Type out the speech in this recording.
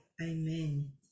amen